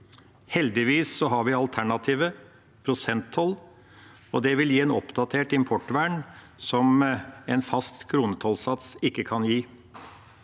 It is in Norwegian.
Heldigvis har vi alternativet prosenttoll. Det vil gi et oppdatert importvern som en fast kronetollsats ikke kan gi.